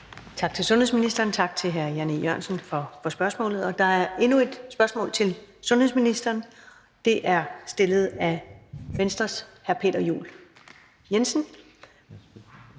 Tak til sundhedsministeren, tak til hr. Jan E. Jørgensen for spørgsmålet Der er endnu et spørgsmål til sundhedsministeren, og det er stillet af Venstres hr. Peter Juel-Jensen.